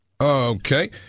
Okay